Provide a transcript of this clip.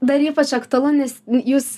dar ypač aktualu nes jūs